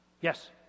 Yes